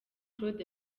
claude